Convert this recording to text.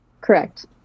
Correct